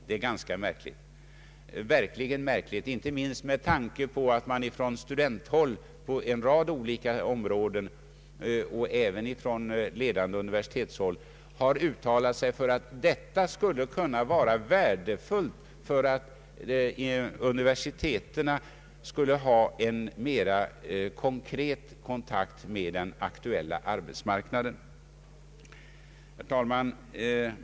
Det är verkligen märkligt, inte minst med tanke på att man från studenthåll på en rad olika områden och även från ledande universitetshåll har uttalat sig för att det skulle kunna vara värdefullt för universiteten att ha en mera konkret kontakt med den aktuella arbetsmarknaden. Herr talman!